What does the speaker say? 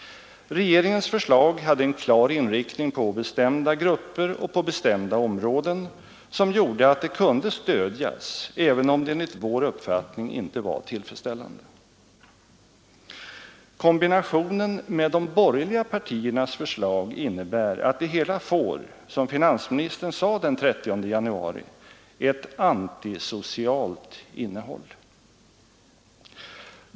Regeringens förslag hade en klar inriktning på bestämda grupper och på bestämda områden, som gjorde att det kunde stödjas även om det enligt vår uppfattning inte var tillfredsställande. Kombinationen med de borgerliga partiernas förslag innebär att det hela får, som finansministern sade den 30 januari, ett antisocialt innehåll.